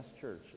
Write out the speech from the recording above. church